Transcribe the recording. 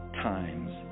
times